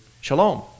Shalom